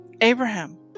Abraham